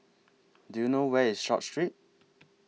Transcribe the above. Do YOU know Where IS Short Street